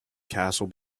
castle